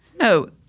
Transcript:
No